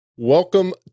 Welcome